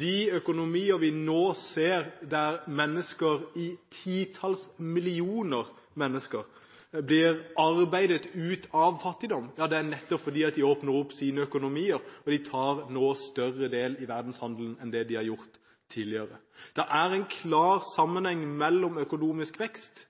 De landene hvor vi nå ser at mennesker i titalls millioner arbeider seg ut av fattigdom, er nettopp de som åpner opp sine økonomier og i større grad tar del i verdenshandelen enn de har gjort tidligere. Det er en klar sammenheng mellom økonomisk vekst,